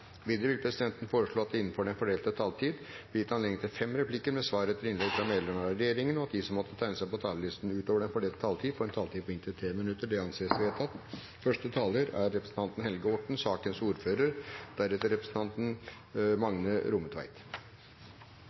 innenfor den fordelte taletid, og at de som måtte tegne seg på talerlisten utover den fordelte taletid, får en taletid på inntil tre minutter. – Det anses vedtatt.